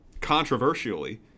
controversially